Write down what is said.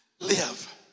live